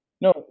No